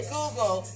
Google